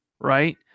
Right